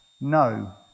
No